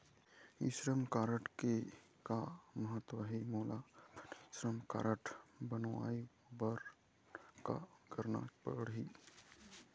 श्रम कारड के का महत्व हे, मोला अपन श्रम कारड बनवाए बार का करना पढ़ही?